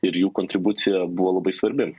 ir jų kontribucija buvo labai svarbi